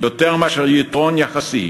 יותר מאשר יתרון יחסי